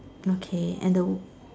okay and the